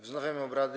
Wznawiam obrady.